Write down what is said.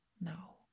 now